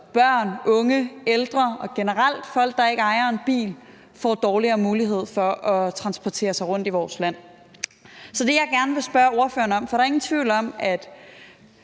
børn, unge, ældre og generelt folk, der ikke ejer en bil, får dårligere mulighed for at transportere sig rundt i vores land. Så jeg vil gerne spørge ordføreren om, hvad man så gør, for der er ingen tvivl om, at